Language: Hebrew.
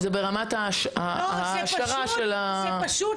זה ברמת ההשערה של התפיסה הכלכלית.